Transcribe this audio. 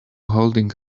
holding